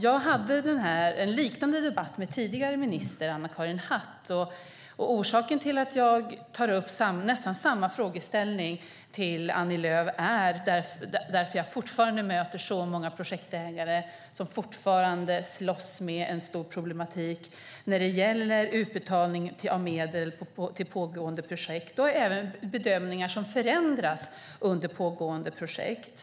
Jag hade en liknande debatt med den tidigare ministern på området, Anna-Karin Hatt. Orsaken till att jag nu tar upp nästan samma frågeställning med Annie Lööf är att jag fortfarande möter många projektägare som slåss med en stor problematik när gäller utbetalning av medel till pågående projekt och även bedömningar som förändras under pågående projekt.